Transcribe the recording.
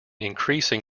increasing